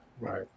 right